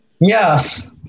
Yes